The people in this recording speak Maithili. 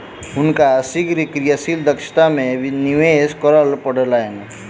हुनका शीघ्र क्रियाशील दक्षता में निवेश करअ पड़लैन